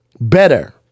better